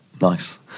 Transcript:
Nice